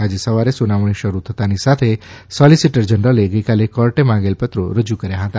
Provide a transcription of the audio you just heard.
આજે સવારે સુનાવણી શરૂ થતાંની સાથે સોલીસીટર જનરલે ગઇકાલે કોર્ટે માંગેલ પત્રો રજૂ કર્યા હતા